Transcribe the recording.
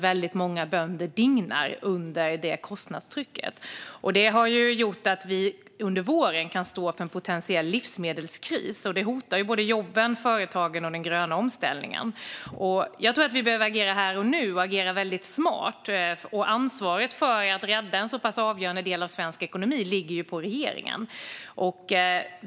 Väldigt många bönder dignar under det kostnadstrycket. Detta gör att vi under våren kan stå inför en potentiell livsmedelskris, och det hotar jobben, företagen och den gröna omställningen. Jag tror att vi behöver agera här och nu och agera väldigt smart. Ansvaret för att rädda en så pass avgörande del av svensk ekonomi ligger på regeringen.